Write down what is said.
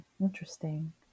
interesting